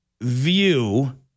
view